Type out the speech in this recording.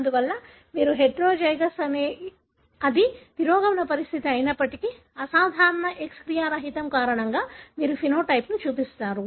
అందువల్ల మీరు హెటెరోజైగస్ అయితే అది తిరోగమన పరిస్థితి అయినప్పటికీ అసాధారణ X క్రియారహితం కారణంగా మీరు ఫెనోటైప్ ను చూపుతారు